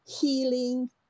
healing